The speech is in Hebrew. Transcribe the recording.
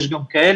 יש גם כאלה,